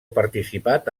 participat